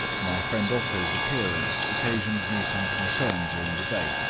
my friend otto's appearance occasioned me some concern during the day,